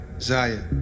Zaya